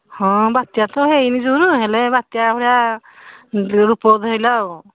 ହଁ ବାତ୍ୟା ତ ହେଇନି ଯେଖୁଣୁ ହେଲେ ବାତ୍ୟା ଭଳିଆ ରୂପ ଧଇଲା ଆଉ